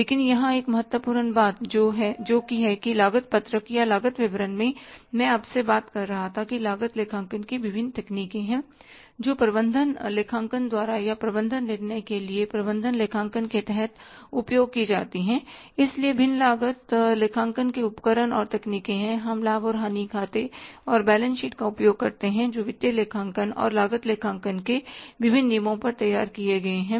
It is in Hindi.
लेकिन यहां एक महत्वपूर्ण बात जो कि है लागत पत्रक या लागत विवरण मैं आपसे बात कर रहा था कि लागत लेखांकन की विभिन्न तकनीकें हैं जो प्रबंधन लेखांकन द्वारा या प्रबंधन निर्णय के लिए प्रबंधन लेखांकन के तहत उपयोग की जाती हैं इसलिए भिन्न लागत लेखांकन के उपकरण और तकनीकें हैं हम लाभ और हानि खाते और बैलेंस शीट का उपयोग करते हैं जो वित्तीय लेखांकन और लागत लेखांकन के विभिन्न नियमों पर तैयार किए गए हैं